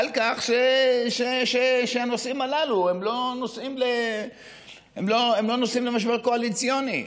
על כך שהנושאים הללו הם לא נושאים למשבר קואליציוני.